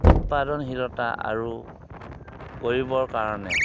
উৎপাদনশীলতা আৰু কৰিবৰ কাৰণে